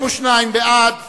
אני קובע שההסתייגות התקבלה.